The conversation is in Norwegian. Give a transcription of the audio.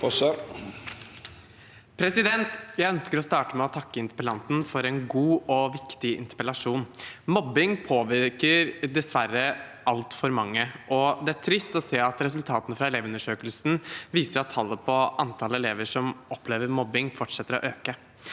Jeg ønsker å starte med å takke interpellanten for en god og viktig interpellasjon. Mobbing påvirker dessverre altfor mange, og det er trist å se at resultatene fra Elevundersøkelsen viser at antallet elever som opplever mobbing, fortsetter å øke.